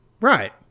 right